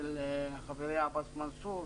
של חברי עבאס מנסור,